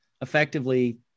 effectively